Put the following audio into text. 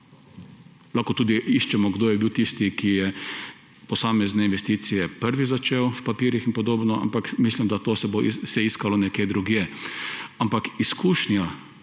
Lahko tudi iščemo, kdo je bil tisti, ki je posamezne investicije prvi začel v papirjih in podobno, ampak mislim, da to se bo vse iskalo nekje drugje. Ampak izkušnja